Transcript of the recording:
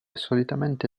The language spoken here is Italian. solitamente